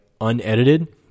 unedited